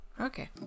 Okay